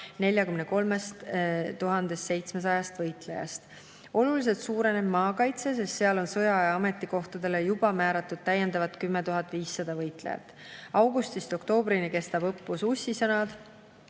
43 700 võitlejast. Oluliselt suureneb maakaitse, sest seal on sõjaaja ametikohtadele määratud juba täiendavalt 10 500 võitlejat. Augustist oktoobrini kestab õppus Ussisõnad,